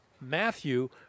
Matthew